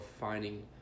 finding